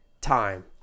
time